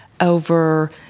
over